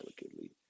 delicately